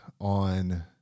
on